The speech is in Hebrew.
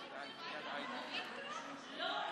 לא,